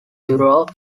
europe